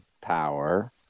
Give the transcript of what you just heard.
Power